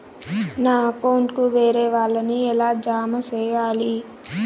నా అకౌంట్ కు వేరే వాళ్ళ ని ఎలా జామ సేయాలి?